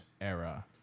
era